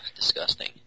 disgusting